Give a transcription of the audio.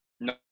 no